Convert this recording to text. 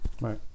right